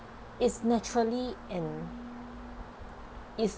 it's naturally and it's